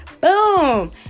boom